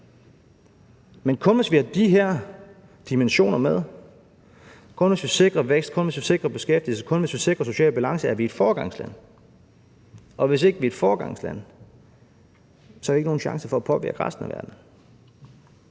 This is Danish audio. men kun hvis de her dimensioner med: Kun hvis vi sikrer vækst; kun hvis vi sikrer beskæftigelse; kun hvis vi sikrer social balance; er vi et foregangsland, og hvis ikke vi er et foregangsland, så har vi ikke nogen chance for at påvirke resten af verden.